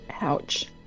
Ouch